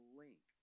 link